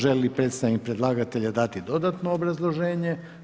Želi li predstavnik predlagatelja dati dodatno obrazloženje?